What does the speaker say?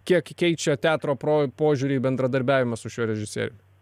kiek keičia teatro pro požiūrį į bendradarbiavimą su šiuo režisierium